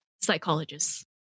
psychologists